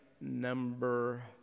number